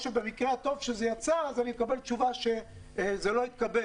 ואם זה כן עובר אז מקבלים תשובה שזה לא התקבל